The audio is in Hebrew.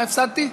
מה הפסדתי?